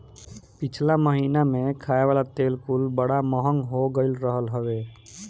पिछला महिना में खाए वाला तेल कुल बड़ा महंग हो गईल रहल हवे